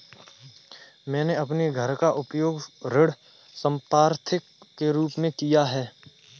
मैंने अपने घर का उपयोग ऋण संपार्श्विक के रूप में किया है